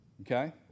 Okay